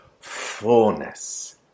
fullness